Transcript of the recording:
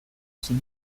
zen